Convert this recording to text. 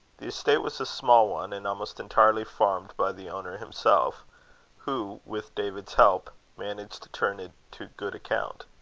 the estate was a small one, and almost entirely farmed by the owner himself who, with david's help, managed to turn it to good account.